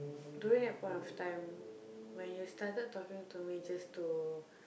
during that point of time when you started talking to me just to